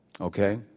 Okay